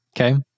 Okay